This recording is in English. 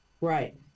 Right